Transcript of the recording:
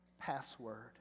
password